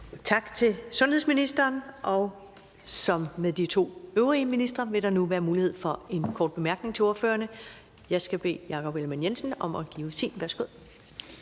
Tak til sundhedsministeren. Som med de to øvrige ministre vil der nu være mulighed for en kort bemærkning til ordførerne. Jeg skal bede Jakob Ellemann-Jensen om at give sin. Værsgo.